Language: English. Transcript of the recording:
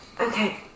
Okay